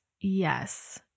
yes